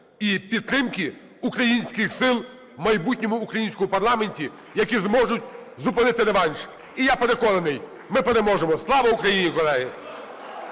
і підтримки українських сил в майбутньому українському парламенті, які зможуть зупинити реванш. І, я переконаний, ми переможемо. Слава Україні, колеги!